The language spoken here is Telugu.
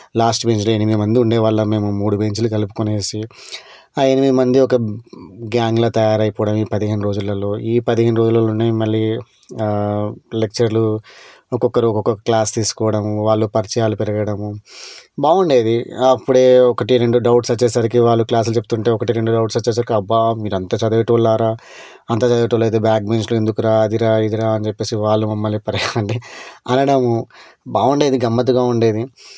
లాస్ట్ బెంచ్లో ఎనిమిది మంది ఉండేవాళ్ళము మేము మూడు బెంచ్లు కలుపుకునేసి ఆ ఎనిమిది మంది ఒక గ్యాంగ్లా తయారైపోవడం ఈ పదిహేను రోజులలో ఈ పదిహేను రోజులలోనే మళ్ళీ లెక్చర్లు ఒక్కొక్కరూ ఒక్కొక్క క్లాస్ తీసుకోవడము వాళ్ళు పరిచయాలు పెరగడము బాగుండేది అప్పుడే ఒకటి రెండు డౌట్స్ వచ్చేసరికి వాళ్ళు క్లాస్లు చెబుతుంటే ఒకటి రెండు డౌట్స్ వచ్చేసరికి అబ్బా మీరు అంత చదివేటోల్లారా అంత చదివేవాళ్ళు అయితే బ్యాక్ బెంచ్లో ఎందుకురా అదిరా ఇదిరా అని చెప్పేసి వాళ్ళు మమ్మల్ని అనడము బాగుండేది గమ్మత్తుగా ఉండేది